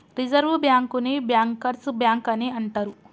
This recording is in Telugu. రిజర్వ్ బ్యాంకుని బ్యాంకర్స్ బ్యాంక్ అని అంటరు